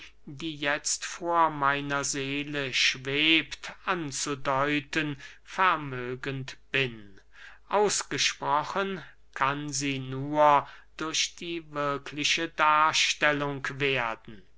die jetzt vor meiner seele schwebt anzudeuten vermögend bin ausgesprochen kann sie nur durch die wirkliche darstellung werden